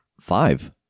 Five